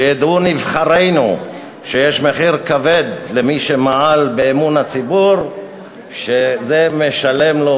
שידעו נבחרינו שמי שמעל באמון הציבור ישלם מחיר כבד,